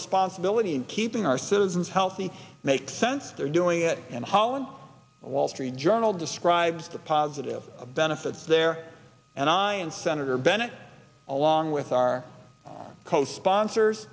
responsibility in keeping our citizens healthy makes sense they're doing it and holland wall street journal describes the positive benefits there and i and senator bennett along with our co sponsors